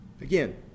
Again